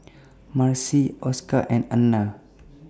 Marcie Oscar and Anna